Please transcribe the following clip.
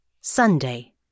Sunday